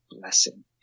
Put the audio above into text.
blessing